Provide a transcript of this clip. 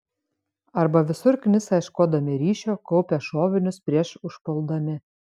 arba visur knisa ieškodami ryšio kaupia šovinius prieš užpuldami